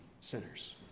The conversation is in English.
sinners